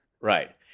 Right